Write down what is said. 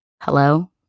hello